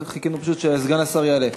חיכינו פשוט שסגן השר יעלה.